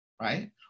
right